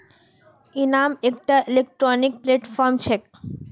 इनाम एकटा electronic platform छेक